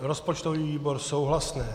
Rozpočtový výbor souhlasné.